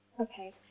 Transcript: Okay